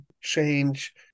change